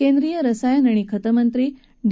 केंद्रीय रसायन आणि खत मंत्री डी